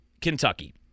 Kentucky